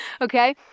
Okay